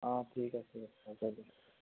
অঁ ঠিক আছে হ'ব